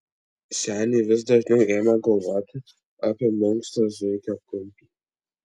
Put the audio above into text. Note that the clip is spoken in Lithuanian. seniai vis dažniau ėmė galvoti apie minkštą zuikio kumpį